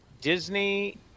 Disney